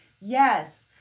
Yes